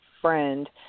friend